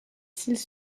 cils